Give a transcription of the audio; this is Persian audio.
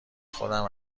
خودم